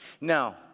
Now